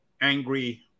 angry